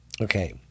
Okay